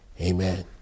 Amen